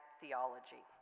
theology